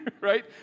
Right